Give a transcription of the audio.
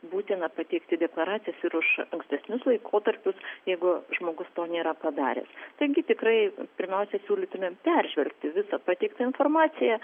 būtina pateikti deklaracijas ir už ankstesnius laikotarpius jeigu žmogus to nėra padaręs taigi tikrai pirmiausia siūlytumėm peržvelgti visą pateiktą informaciją